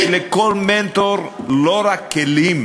לכל מנטור יש לא רק כלים